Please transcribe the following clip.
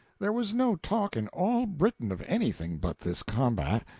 there was no talk in all britain of anything but this combat.